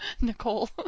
Nicole